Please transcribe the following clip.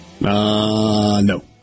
No